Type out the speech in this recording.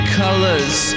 colors